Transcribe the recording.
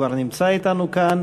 כבר נמצא אתנו כאן.